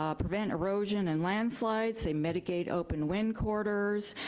ah prevent erosion and landslides, they mitigate open wind quarters,